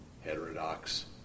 heterodox